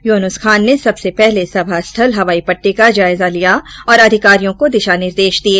युनूस खान ने सबसे पहले सभास्थल हवाई पट्टी का जायजा लिया और अधिकारियों को दिशा निर्देश दिए